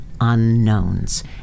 unknowns